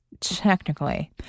Technically